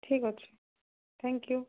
ଠିକ୍ଅଛି thank you